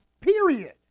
Period